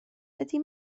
ydy